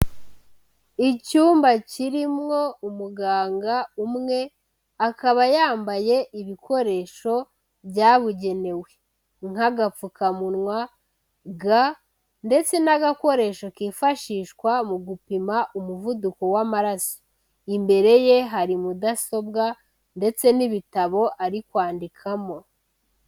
Icyumba kirimo umuganga umwe akaba yambaye ibikoresho byabugenewe nk'agapfukamunwa, ga ndetse n'agakoresho kifashishwa mu gupima umuvuduko w'amaraso. Imbere ye hari mudasobwa ndetse n'ibitabo ari kwandikamo.